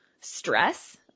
stress